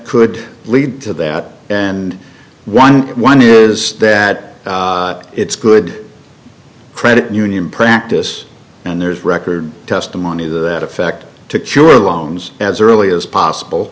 could lead to that and one one is that it's good credit union practice and there's record testimony to that effect to cure loans as early as possible